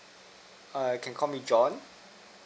err you can call me john